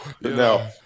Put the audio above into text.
no